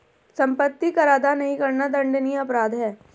सम्पत्ति कर अदा नहीं करना दण्डनीय अपराध है